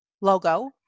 logo